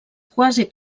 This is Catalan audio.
quasi